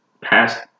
past